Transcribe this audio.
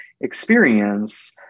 experience